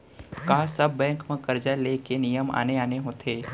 का सब बैंक म करजा ले के नियम आने आने होथे?